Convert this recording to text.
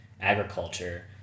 agriculture